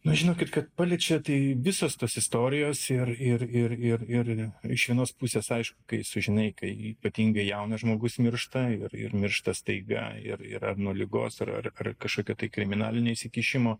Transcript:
na žinokit kad paliečia tai visos tos istorijos ir ir ir ir ir iš vienos pusės aišku kai sužinai kai ypatingai jaunas žmogus miršta ir ir miršta staiga ir yra nuo ligos ar ar kažkokio tai kriminalinio įsikišimo